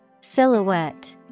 Silhouette